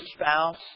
spouse